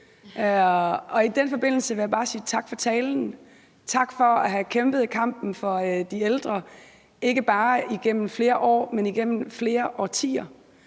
I den forbindelse vil jeg bare sige tak for talen. Tak for at have kæmpet kampen for de ældre, ikke bare igennem flere år, men igennem flere årtier.